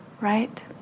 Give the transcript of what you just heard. right